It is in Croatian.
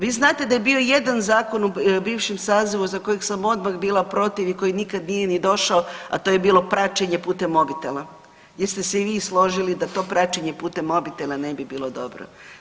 Vi znate da je bio jedan zakon u bivšem sazivu za kojeg sam odmah bila protiv i koji nikad nije ni došao, a to je bilo praćenje putem mobitela, gdje ste se i vi složili da to praćenje putem mobitela ne bi bilo dobro.